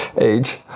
age